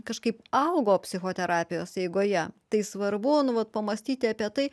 kažkaip augo psichoterapijos eigoje tai svarbu nu vat pamąstyti apie tai